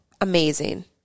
Amazing